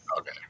Okay